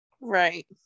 Right